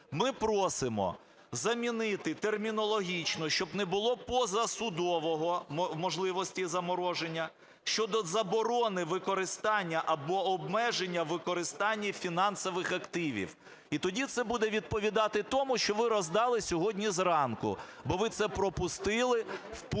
Ми просимо замінити термінологічно. Щоб не було позасудового… можливості замороження щодо заборони використання або обмеження у використанні фінансових активів. І тоді це буде відповідати тому, що ви роздали сьогодні зранку. Бо ви це пропустили в пункті